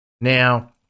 now